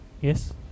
Yes